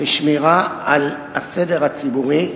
לשמירה על הסדר הציבורי,